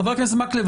חבר הכנסת מקלב,